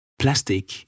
plastic